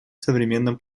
современном